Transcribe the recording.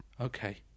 Okay